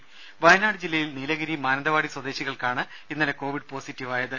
രുമ വയനാട് ജില്ലയിൽ നീലഗിരി മാനന്തവാടി സ്വദേശികൾക്കാണ് ഇന്നലെ കോവിഡ് പോസിറ്റീവായത്